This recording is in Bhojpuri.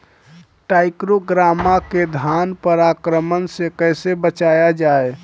टाइक्रोग्रामा के धान पर आक्रमण से कैसे बचाया जाए?